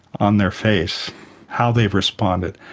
on their face how they've responded.